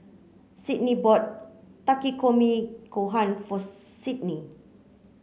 Cydney bought Takikomi Gohan for Sydnee